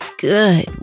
good